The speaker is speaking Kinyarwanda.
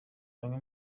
bamwe